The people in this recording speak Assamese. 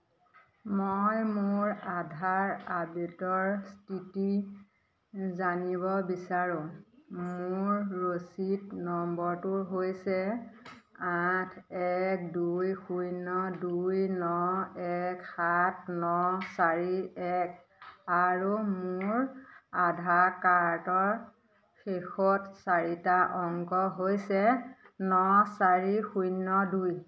মই মোৰ আধাৰ আপডেটৰ স্থিতি জানিব বিচাৰোঁ মোৰ ৰচিদ নম্বৰটো হৈছে আঠ এক দুই শূন্য দুই ন এক সাত ন চাৰি এক আৰু মোৰ আধাৰ কাৰ্ডৰ শেষত চাৰিটা অংক হৈছে ন চাৰি শূন্য দুই